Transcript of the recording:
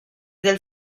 del